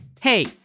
Hey